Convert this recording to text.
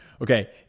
Okay